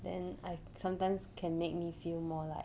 then I sometimes can make me feel more like